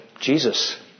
Jesus